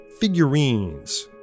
figurines